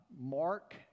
Mark